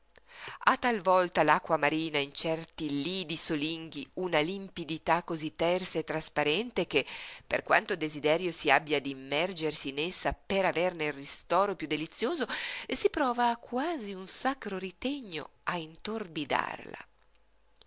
ha talvolta l'acqua marina in certi lidi solinghi una limpidità cosí tersa e trasparente che per quanto desiderio si abbia di immergersi in essa per averne il ristoro piú delizioso si prova quasi un sacro ritegno a intorbidarla